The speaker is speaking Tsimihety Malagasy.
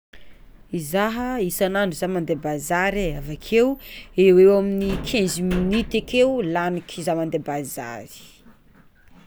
Izaha isan'andro zah mande bazary avakeo eoeo amin'ny quize minute ake laniky zah mande bazary.